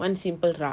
one simple rak